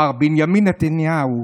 מר בנימין נתניהו,